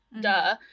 duh